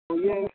تو یہ